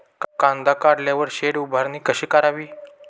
कांदा काढल्यावर शेड उभारणी कशी करावी?